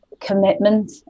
Commitment